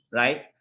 right